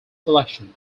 selection